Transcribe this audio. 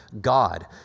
God